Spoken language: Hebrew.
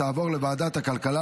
לוועדת הכלכלה